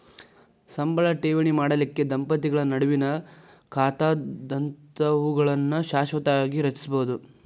ಸಂಬಳ ಠೇವಣಿ ಮಾಡಲಿಕ್ಕೆ ದಂಪತಿಗಳ ನಡುವಿನ್ ಖಾತಾದಂತಾವುಗಳನ್ನ ಶಾಶ್ವತವಾಗಿ ರಚಿಸ್ಬೋದು